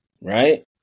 right